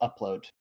upload